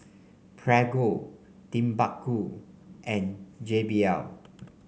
Prego Timbuku and J B L